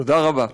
תודה רבה.